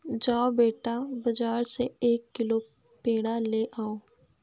जाओ बेटा, बाजार से एक किलो पेड़ा ले आओ